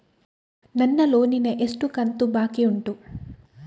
ನನ್ನ ಲೋನಿನ ಎಷ್ಟು ಕಂತು ಬಾಕಿ ಉಂಟು?